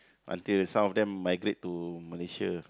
until some of them migrate to Malaysia